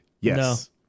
Yes